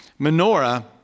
menorah